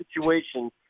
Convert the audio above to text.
situation